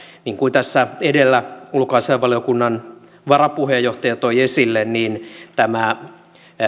niin kuin tässä edellä ulkoasiainvaliokunnan varapuheenjohtaja toi esille tämä